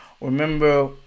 Remember